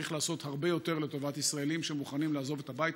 צריך לעשות הרבה יותר לטובת ישראלים שמוכנים לעזוב את הבית,